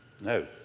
No